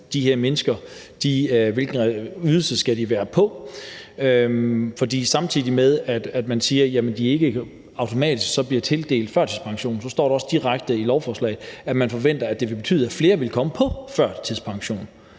her mennesker skal være på. For samtidig med at man siger, at de ikke automatisk bliver tildelt førtidspension, står der også direkte i lovforslaget, at man forventer, at det vil betyde, at flere vil komme på førtidspension.